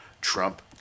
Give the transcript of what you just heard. Trump